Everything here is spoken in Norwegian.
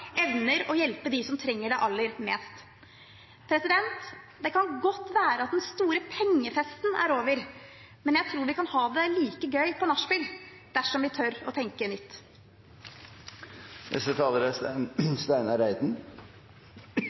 evner å hjelpe dem som trenger det aller mest. Det kan godt være at den store pengefesten er over, men jeg tror vi kan ha det like gøy på nachspiel dersom vi tør å tenke